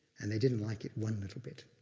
and they didn't like it one little bit.